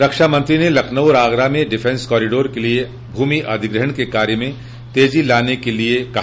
रक्षामंत्री ने लखनऊ और आगरा में डिफेंस कारिडोर के लिये भूमिअधिग्रहण के कार्य में तेजी लाने के लिये कहा